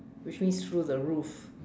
which means through the roof